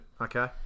Okay